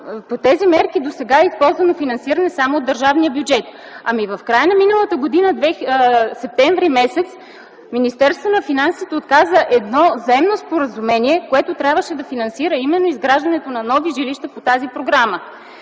по тези мерки досега е използвано финансиране само от държавния бюджет. В края на миналата година, през м. септември, Министерството на финансите отказа едно заемно споразумение, което трябваше да финансира изграждането на нови жилища по тази програма,